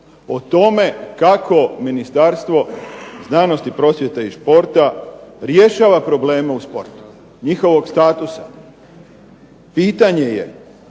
o tome kako Ministarstvo znanosti, prosvjete i športa rješava probleme u sportu, njihovog statusa. Pitanje je